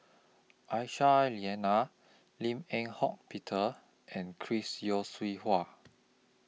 Aisyah Lyana Lim Eng Hock Peter and Chris Yeo Siew Hua